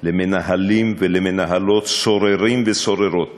למנהלים ולמנהלות סוררים וסוררות